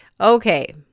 Okay